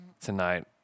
tonight